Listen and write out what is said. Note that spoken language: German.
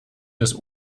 des